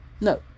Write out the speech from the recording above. No